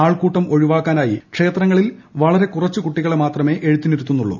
ആൾക്കൂട്ടം ഒഴിവാക്കാനായി ക്ഷേത്രങ്ങളിൽ വളരെ കുറച്ച് കുട്ടികളെ മാത്രമേ എഴുത്തിനിരുത്തുകയുള്ളൂ